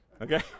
okay